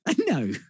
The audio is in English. No